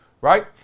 right